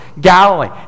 Galilee